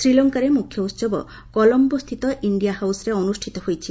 ଶ୍ରୀଲଙ୍କାରେ ମୁଖ୍ୟ ଉତ୍ସବ କଲମ୍ବୋସ୍ଥିତ ଇଣ୍ଡିଆ ହାଉସ୍ରେ ଅନୁଷ୍ଠିତ ହୋଇଛି